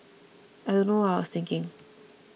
I don't know what I was thinking